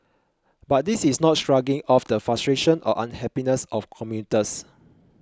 but this is not shrugging off the frustrations or unhappiness of commuters